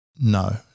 No